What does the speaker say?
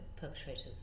perpetrators